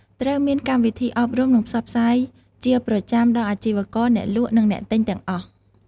ត្រូវមានកម្មវិធីអប់រំ និងផ្សព្វផ្សាយជាប្រចាំដល់អាជីវករ អ្នកលក់ និងអ្នកទិញទាំងអស់។